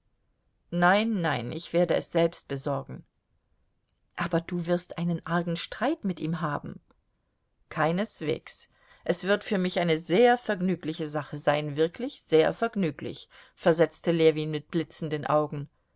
nein nein ich werde es selbst besorgen aber du wirst einen argen streit mit ihm haben keineswegs es wird für mich eine sehr vergnügliche sache sein wirklich sehr vergnüglich versetzte ljewin mit blitzenden augen